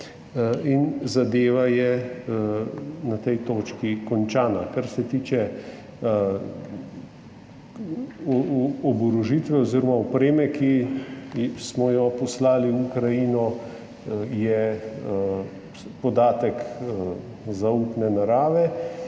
zadeva je na tej točki končana. Kar se tiče oborožitve oziroma opreme, ki smo jo poslali v Ukrajino, je podatek zaupne narave,